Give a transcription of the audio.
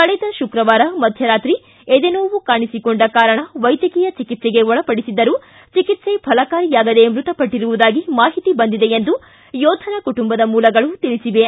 ಕಳೆದ ಶುಕ್ರವಾರ ಮಧ್ಯರಾತ್ರಿ ಎದೆ ನೋವು ಕಾಣಿಸಿಕೊಂಡ ಕಾರಣ ವೈದ್ಯಕೀಯ ಚಿಕಿತ್ಸೆಗೆ ಒಳಪಡಿಸಿದ್ದರೂ ಚಿಕಿತ್ಸೆ ಫಲಕಾರಿಯಾಗದೆ ಮೃತಪಟ್ಟರುವುದಾಗಿ ಮಾಹಿತಿ ಬಂದಿದೆ ಎಂದು ಯೋಧನ ಕುಟುಂಬದ ಮೂಲಗಳು ತಿಳಿಸಿವೆ